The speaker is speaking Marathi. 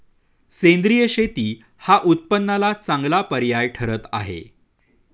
सेंद्रिय शेती हा उत्पन्नाला चांगला पर्याय ठरत आहे